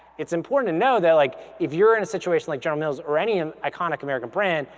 it's important to know that like if you're in a situation like general mills or any and iconic american brand,